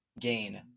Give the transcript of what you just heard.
gain